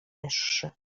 wyższy